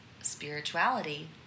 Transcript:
spirituality